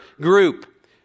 group